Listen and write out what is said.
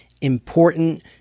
important